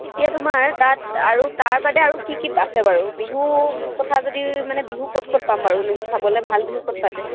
এতিয়া তোমাৰ তাত আৰু তাৰ বাদে আৰু কি কি আছে বাৰু বিহু কথা যদি মানে বিহু ক'ত ক'ত পাম বাৰু তেনেকৈ চাবলৈ ভাল বিহু ক'ত পাতে